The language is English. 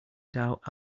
doubt